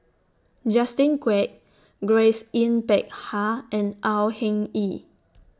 Justin Quek Grace Yin Peck Ha and Au Hing Yee